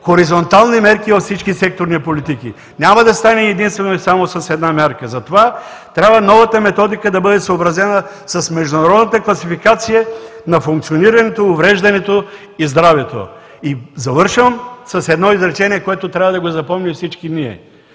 хоризонтални мерки във всички секторни политики. Няма да стане единствено и само с една мярка. Затова трябва новата методика да бъде съобразена с международната класификация на функционирането, увреждането и здравето. Завършвам с едно изречение, което трябва да запомним всички ние: